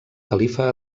califa